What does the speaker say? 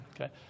Okay